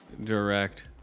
direct